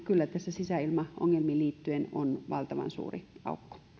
kyllä tässä sisäilmaongelmiin liittyen valtavan suuri aukko